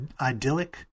idyllic